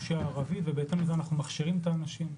לפשיעה הערבית ובהתאם לכך אנחנו מכשירים את האנשים.